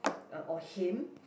or him